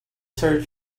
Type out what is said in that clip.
search